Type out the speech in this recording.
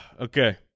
Okay